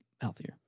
healthier